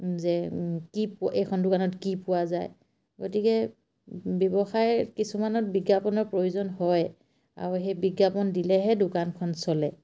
যে কি এইখন দোকানত কি পোৱা যায় গতিকে ব্যৱসায় কিছুমানত বিজ্ঞাপনৰ প্ৰয়োজন হয় আৰু সেই বিজ্ঞাপন দিলেহে দোকানখন চলে